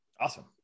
Awesome